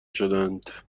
شدند